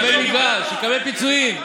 שיקבל פיצויים,